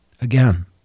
Again